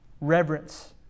reverence